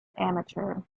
amateur